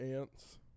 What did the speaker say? ants